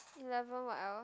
eleven what else